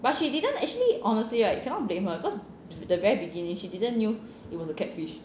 but she didn't actually honestly right cannot blame her cause the very beginning she didn't knew it was a catfish